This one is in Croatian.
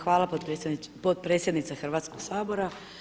Hvala potpredsjednice Hrvatskoga sabora.